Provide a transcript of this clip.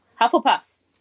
Hufflepuffs